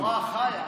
התורה חיה,